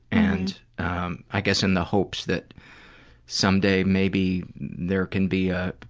and um i guess in the hopes that someday maybe there can be a